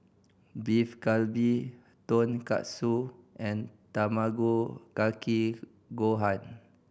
Beef Galbi Tonkatsu and Tamago Kake Gohan